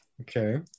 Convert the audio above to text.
okay